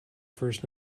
first